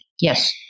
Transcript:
Yes